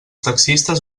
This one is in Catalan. taxistes